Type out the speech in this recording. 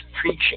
preaching